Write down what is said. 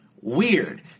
weird